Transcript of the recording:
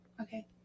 okay